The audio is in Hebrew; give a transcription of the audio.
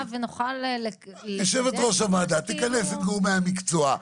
ונוכל -- יושבת ראש הוועדה תכנס את גורמי המקצוע,